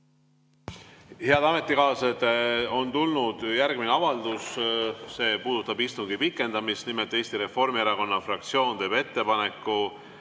Head ametikaaslased! On tulnud järgmine avaldus. See puudutab istungi pikendamist. Nimelt teeb Eesti Reformierakonna fraktsioon ettepaneku